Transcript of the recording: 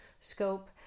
scope